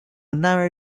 narrow